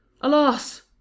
alas